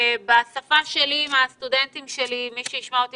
בשפה שלי עם הסטודנטים שלי מי שישמע אותי